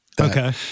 okay